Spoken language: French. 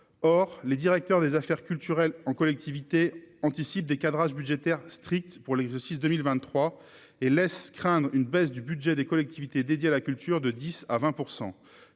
or les directeurs des affaires culturelles en collectivité anticipent des cadrages budgétaires strictes pour l'exercice 2023 et laisse craindre une baisse du budget des collectivités dédié à la culture de 10 à 20